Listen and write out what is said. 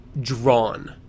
drawn